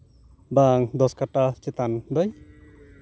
ᱵᱟ ᱫᱚᱥ ᱠᱟᱴᱷᱟ ᱪᱮᱛᱟᱱ ᱫᱚᱭ